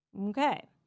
Okay